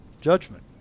judgment